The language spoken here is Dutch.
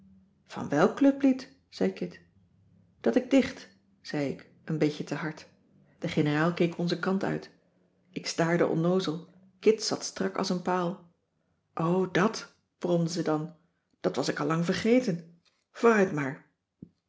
van welk clublied zei kit dat ik dicht zei ik een beetje te hard de generaal keek onzen kant uit ik staarde onnoozel kit zat strak als een paal o dàt bromde ze dan dat was ik al lang vergeten vooruit maar